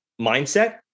mindset